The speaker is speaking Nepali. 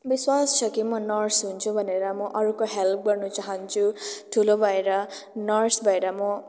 विश्वास छ कि म नर्स हुन्छु भनेर म अरूको हेल्प गर्न चाहन्छु ठुलो भएर नर्स भएर म